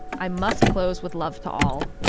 i must close with love to all,